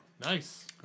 Nice